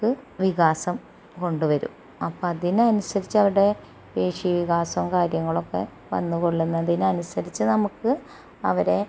ക് വികാസം കൊണ്ട് വരും അപ്പം അതിന് അനുസരിച്ച് അവരുടെ പേഷീ വികാസവും കാര്യങ്ങളുമൊക്കെ വന്ന് കൊള്ളുന്നതിന് അനുസരിച്ച് നമുക്ക് അവരുടെ